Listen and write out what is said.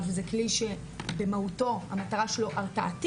כי זה כלי שבמהותו המטרה שלו הרתעתית,